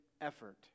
effort